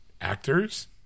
actors